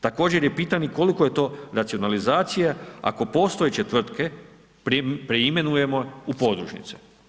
Također je pitanje koliko je to racionalizacija ako postojeće tvrtke preimenujemo u podružnice?